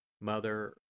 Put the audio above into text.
Mother